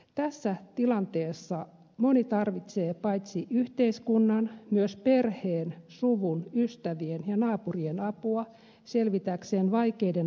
tässä tilanteessa moni tarvitsee paitsi yhteiskunnan myös perheen suvun ystävien ja naapurien apua selvitäkseen vaikeiden aikojen yli